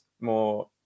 more